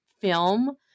film